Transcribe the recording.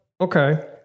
okay